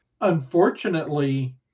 unfortunately